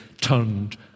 turned